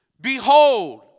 behold